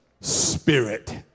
spirit